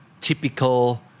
typical